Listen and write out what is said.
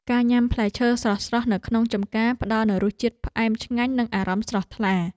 ការញ៉ាំផ្លែឈើស្រស់ៗនៅក្នុងចម្ការ ផ្តល់នូវរសជាតិផ្អែមឆ្ងាញ់ និងអារម្មណ៍ស្រស់ថ្លា។